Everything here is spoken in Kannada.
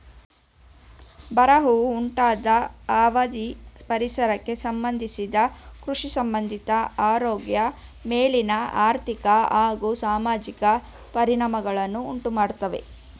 ಬರವು ಉಂಟಾದ ಅವಧಿ ಪರಿಸರಕ್ಕೆ ಸಂಬಂಧಿಸಿದ ಕೃಷಿಸಂಬಂಧಿತ ಆರೋಗ್ಯ ಮೇಲಿನ ಆರ್ಥಿಕ ಹಾಗೂ ಸಾಮಾಜಿಕ ಪರಿಣಾಮಗಳನ್ನು ಉಂಟುಮಾಡ್ತವೆ